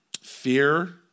Fear